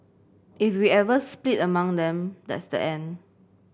if we ever split along them that's the end